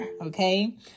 okay